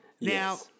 Now